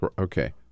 Okay